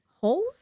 holes